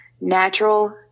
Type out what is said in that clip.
natural